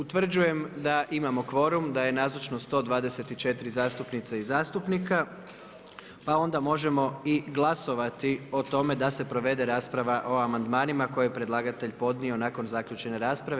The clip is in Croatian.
Utvrđujem da imamo kvorum, da je nazočno 124 zastupnice i zastupnika, pa onda možemo i glasovati o tome da se provede rasprava o amandmanima koje je predlagatelj podnio, nakon zaključene rasprave.